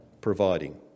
providing